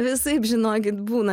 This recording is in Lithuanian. visaip žinokit būna